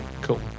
Cool